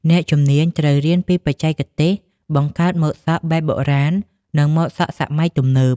អ្នកជំនាញត្រូវរៀនពីបច្ចេកទេសបង្កើតម៉ូដសក់បែបបុរាណ និងម៉ូដសក់សម័យទំនើប។